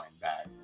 back